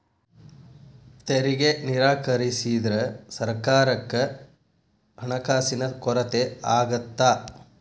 ತೆರಿಗೆ ನಿರಾಕರಿಸಿದ್ರ ಸರ್ಕಾರಕ್ಕ ಹಣಕಾಸಿನ ಕೊರತೆ ಆಗತ್ತಾ